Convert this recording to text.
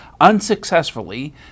unsuccessfully